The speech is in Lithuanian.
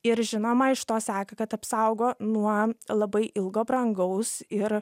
ir žinoma iš to seka kad apsaugo nuo labai ilgo brangaus ir